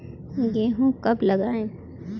गेहूँ कब लगाएँ?